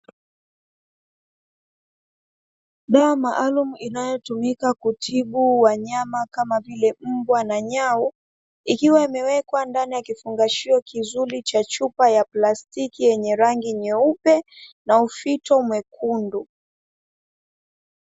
Dawa maalumu inayotumika kutibu wanyama kama vile mbwa na nyau, ikiwa imewekwa ndani ya kifungashio kizuri cha chupa ya plastiki, yenye rangi nyeupe na ufito mwekundu.